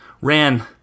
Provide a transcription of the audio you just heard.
Ran